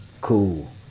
Cool